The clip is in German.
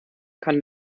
kann